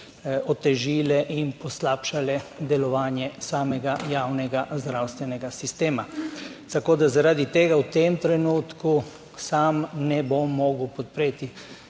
otežile in poslabšale delovanje samega javnega zdravstvenega sistema. Tako da zaradi tega v tem trenutku sam ne bom mogel podpreti